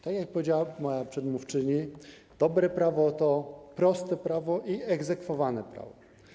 Tak jak powiedziała moja przedmówczyni, dobre prawo to proste prawo i egzekwowane prawo.